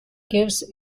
gives